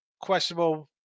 questionable